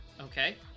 Okay